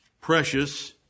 precious